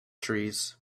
trees